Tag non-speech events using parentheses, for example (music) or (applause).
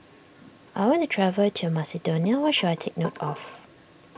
I want to travel to Macedonia (noise) what should I take note of